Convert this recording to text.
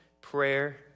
prayer